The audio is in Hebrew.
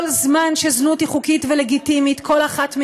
כל זמן שזנות היא חוקית ולגיטימית, כל אחת מאתנו,